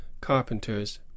carpenters